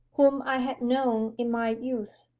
whom i had known in my youth,